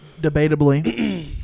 Debatably